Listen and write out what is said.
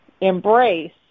embrace